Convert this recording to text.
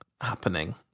happening